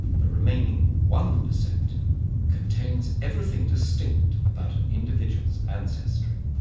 but remaining one percent contains everything distinct about an individual's ancestry.